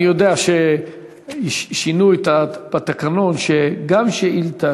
אני יודע ששינו בתקנון כך שגם שאילתה